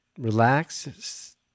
Relax